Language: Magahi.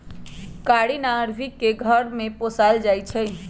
कारी नार्भिक के घर में पोशाल जाइ छइ